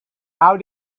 how